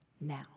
now